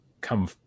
come